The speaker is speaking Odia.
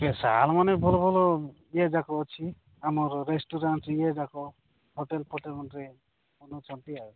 ଏବେ ଶାଲ ମାନେ ଭଲ ଭଲ ଇଏଯାକ ଅଛି ଆମର ରେଷ୍ଟୁରାଣ୍ଟ ଇଏଯାକ ହୋଟେଲ ଫଟେଲ୍ରେ ଅନୁଛନ୍ତି ଆଉ